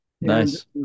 Nice